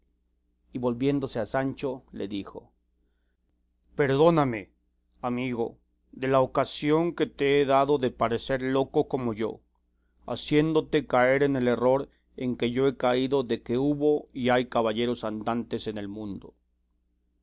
y volviéndose a sancho le dijo perdóname amigo de la ocasión que te he dado de parecer loco como yo haciéndote caer en el error en que yo he caído de que hubo y hay caballeros andantes en el mundo